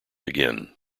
again